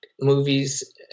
movies